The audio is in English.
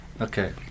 Okay